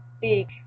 big